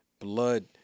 blood